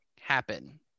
happen